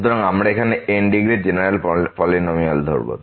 সুতরাং আমরা এখানে n ডিগ্রির জেনেরাল পলিনমিয়াল ধরবো